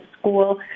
school